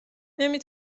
نمی